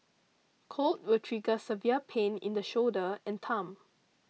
cold will trigger severe pain in the shoulder and thumb